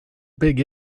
big